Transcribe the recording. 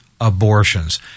abortions